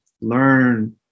learn